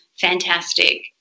Fantastic